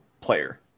player